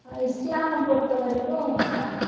இஸ்லாமை பொறுத்தவரைக்கும்